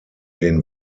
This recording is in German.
den